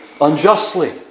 unjustly